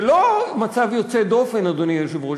זה לא מצב יוצא דופן, אדוני היושב-ראש.